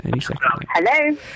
Hello